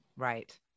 Right